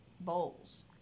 bowls